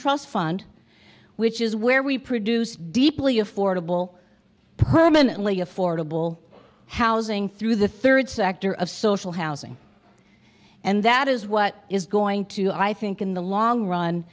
trust fund which is where we produce deeply affordable permanently affordable housing through the third sector of social housing and that is what is going to i think in the long run